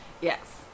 Yes